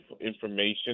information